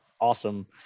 awesome